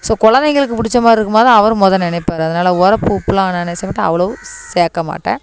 so கொழந்தைங்களுக்கு பிடிச்ச மாதிரி இருக்குமா அவரும் மொதல் நினைப்பாரு அதனாலே உரப்பு உப்பெலாம் நான் என்ன செய்யமாட்டேன் அவ்வளோவு சேர்க்க மாட்டேன்